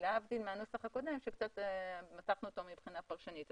להבדיל מהנוסח הקודם שמתחנו אותו מבחינת פרשנית.